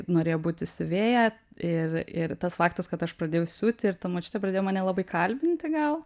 norėjo būti siuvėja ir ir tas faktas kad aš pradėjau siūti ir ta močiutė mane labai kalbinti gal